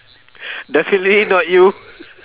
definitely not you